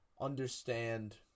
understand